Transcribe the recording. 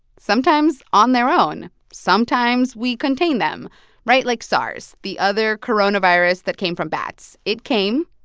sometimes on their own. sometimes we contain them right? like sars, the other coronavirus that came from bats. it came,